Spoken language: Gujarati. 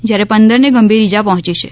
જ્યારે પંદરને ગંભીર ઇજા પહોંચી છે